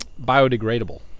Biodegradable